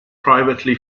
privately